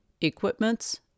Equipments